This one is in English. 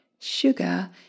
Sugar